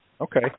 Okay